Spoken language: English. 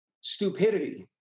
stupidity